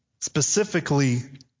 Specifically